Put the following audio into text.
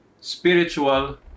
Spiritual